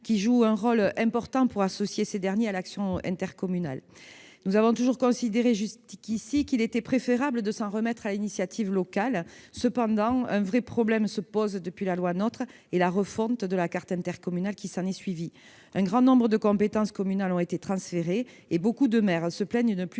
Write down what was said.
qui joue un rôle important pour associer ces derniers à l'action intercommunale. Nous avons toujours considéré qu'il était préférable de s'en remettre à l'initiative locale. Cependant, un sérieux problème se pose depuis l'adoption de la loi NOTRe et la refonte de la carte intercommunale qui s'est ensuivie : un grand nombre de compétences communales ont été transférées et beaucoup de maires se plaignent de ne plus